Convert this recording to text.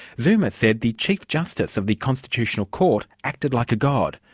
zuma said the chief justice of the constitutional court acted like a god,